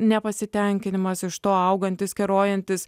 nepasitenkinimas iš to augantis kerojantis